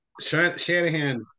Shanahan